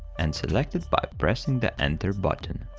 and select it by pressing the enter button.